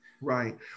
Right